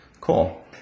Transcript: cool